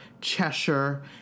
Cheshire